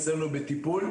נמצאים אצלנו בטיפול,